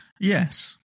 yes